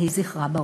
יהי זכרה ברוך.